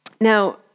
Now